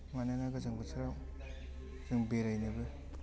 मानोना गोजां बोथोराव जों बेरायनोबो